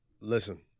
Listen